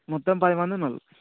మొత్తం పదిమంది ఉన్నారు